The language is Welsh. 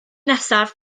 nesaf